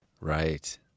Right